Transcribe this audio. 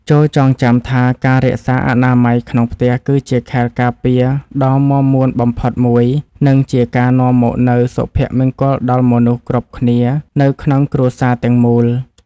ចូរចងចាំថាការរក្សាអនាម័យក្នុងផ្ទះ គឺជាខែលការពារដ៏មាំមួនបំផុតមួយ និងជាការនាំមកនូវសុភមង្គលដល់មនុស្សគ្រប់គ្នានៅក្នុងគ្រួសារទាំងមូល។